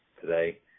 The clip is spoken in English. today